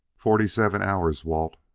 forty-seven hours, walt,